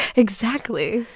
exactly.